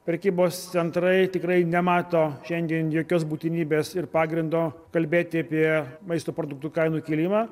prekybos centrai tikrai nemato šiandien jokios būtinybės ir pagrindo kalbėti apie maisto produktų kainų kilimą